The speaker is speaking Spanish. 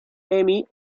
emmy